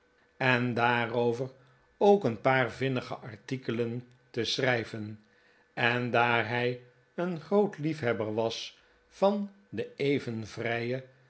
en daarover ook een paar vinnige artikelen te schrijven en daar hij een grobt liefhebber was van de even vrije